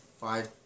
Five